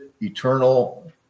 eternal